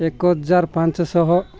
ଏକ ହଜାର ପାଞ୍ଚଶହ